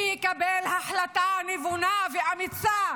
שיקבל החלטה נבונה ואמיצה